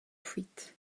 fuite